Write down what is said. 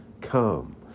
Come